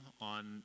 on